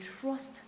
trust